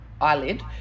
eyelid